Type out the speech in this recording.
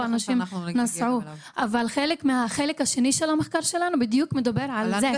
אבל החלק השני של המחקר שלנו בדיוק מדבר על זה.